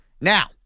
Now